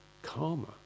karma